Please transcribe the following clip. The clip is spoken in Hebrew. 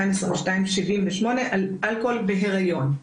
ב-2022 78 שאלות על אלכוהול בהיריון.